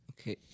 Okay